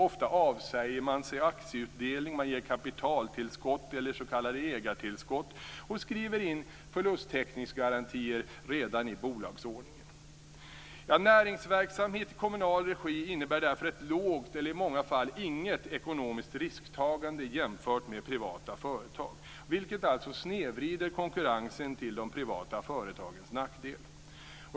Ofta avsäger man sig aktieutdelning. Man ger kapitaltillskott eller s.k. ägartillskott och skriver in förlusttäckningsgarantier redan i bolagsordningen. Näringsverksamhet i kommunal regi innebär därför ett lågt ekonomiskt risktagande - eller i många fall inget alls - jämfört med privata företag. Det snedvrider alltså konkurrensen till de privata företagens nackdel.